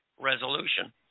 resolution